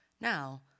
Now